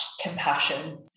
compassion